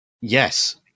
Yes